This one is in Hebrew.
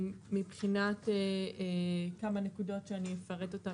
מבחינת כמה נקודות שאני אפרט אותן,